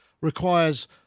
requires